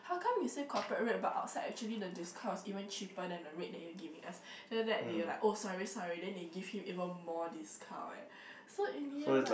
how come you say corporate rate but outside actually the discount is even cheaper than the rate that you are giving us then after that they were like oh sorry sorry then they give him even more discount eh so in the end like